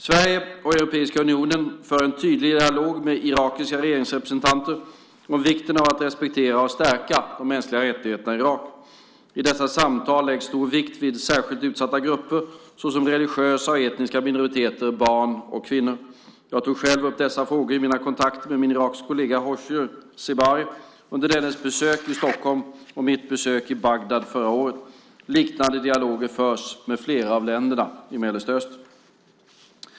Sverige och Europeiska unionen för en tydlig dialog med irakiska regeringsrepresentanter om vikten av att respektera och stärka de mänskliga rättigheterna i Irak. I dessa samtal läggs stor vikt vid särskilt utsatta grupper såsom religiösa och etniska minoriteter, barn och kvinnor. Jag tog själv upp dessa frågor i mina kontakter med min irakiske kollega Hoshyar Zebari under dennes besök i Stockholm och mitt besök i Bagdad förra året. Liknande dialoger förs med flera av länderna i Mellanöstern.